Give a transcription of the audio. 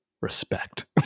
Respect